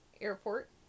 airport